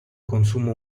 consumo